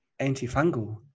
antifungal